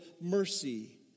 mercy